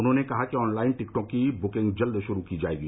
उन्होंने कहा कि ऑनलाइन टिकटों की बुकिंग जल्द शुरू की जाएगी